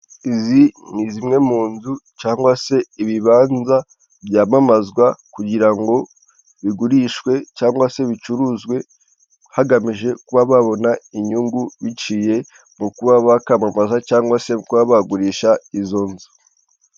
Izi ni zimwe mu nzu cyangwa se ibibanza byamamazwa kugira ngo bigurishwe cyangwa se bicuruzwe, hagamijwe kuba babona inyungu biciye mu kuba bakamamaza cyangwa se kuba bagurisha izo nzu.